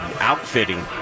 outfitting